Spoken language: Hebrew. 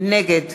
נגד